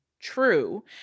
true